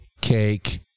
cake